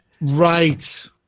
Right